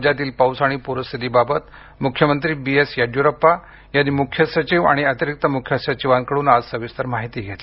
राज्यातील पाऊस आणि पूरस्थितीबाबत मुख्यमंत्री बी एस येड्युरप्पा यांनी मुख्य सचिव आणि अतिरिक्त मुख्य सचिवांकडून आज सविस्तर माहिती घेतली